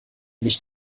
nicht